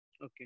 Okay